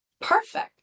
Perfect